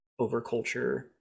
overculture